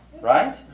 Right